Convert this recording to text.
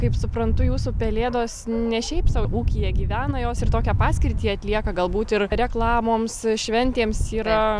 kaip suprantu jūsų pelėdos ne šiaip sau ūkyje gyvena jos ir tokią paskirtį atlieka galbūt ir reklamoms šventėms yra